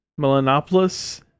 melanopolis